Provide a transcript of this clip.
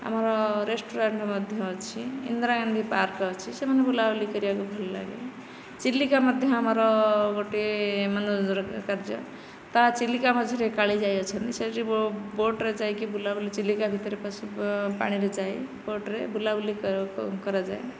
ଆମର ରେସ୍ତୋରାଁ ମଧ୍ୟ ଅଛି ଇନ୍ଦିରା ଗାନ୍ଧୀ ପାର୍କ ଅଛି ସେ ବୁଲାବୁଲି କରିବାକୁ ଭଲ ଲାଗେ ଚିଲିକା ମଧ୍ୟ ଆମର ଗୋଟିଏ ମନୋରଞ୍ଜନ କାର୍ଯ୍ୟ ଚିଲିକା ତା' ମଝିରେ କାଳିଜାଇ ଅଛନ୍ତି ସେଇଠି ବୋଟରେ ଯାଇକି ବୁଲାବୁଲି ଚିଲିକା ଭିତରେ ପଶି ପାଣିରେ ଯାଇ ବୋଟରେ ବୁଲାବୁଲି କରାଯାଏ